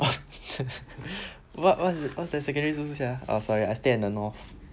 what what's your secondary school sia err sorry I stay in the north